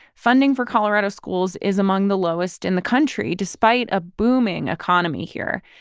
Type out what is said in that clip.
funding for colorado schools is among the lowest in the country, despite a booming economy here.